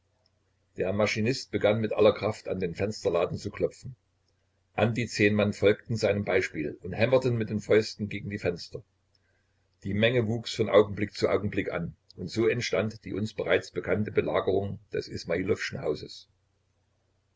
der maschinist begann mit aller kraft an den fensterladen zu klopfen an die zehn mann folgten seinem beispiel und hämmerten mit den fäusten gegen die fenster die menge wuchs von augenblick zu augenblick an und so entstand die uns bereits bekannte belagerung des ismailowschen hauses